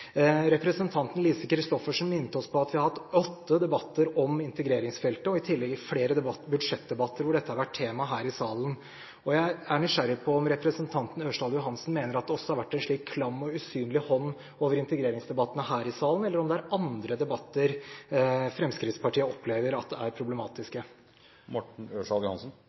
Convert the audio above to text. Representanten Lise Christoffersen minte oss på at vi har hatt åtte debatter om integreringsfeltet – og i tillegg flere budsjettdebatter hvor dette har vært tema her i salen. Jeg er nysgjerrig på om representanten Ørsal Johansen mener at det også har vært en slik «klam, usynlig hånd» over integreringsdebattene her i salen, eller om det er andre debatter Fremskrittspartiet opplever som problematiske?